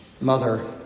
mother